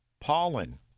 pollen